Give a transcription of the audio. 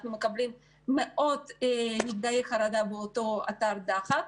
אנחנו מקבלים מאות נפגעי חרדה באותו אתר דחק.